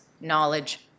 knowledge